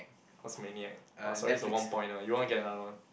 what's Maniac orh sorry is one pointer you want to get another one